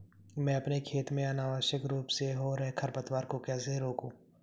मैं अपने खेत में अनावश्यक रूप से हो रहे खरपतवार को कैसे रोकूं?